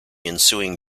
ensuing